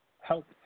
help